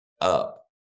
up